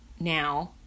now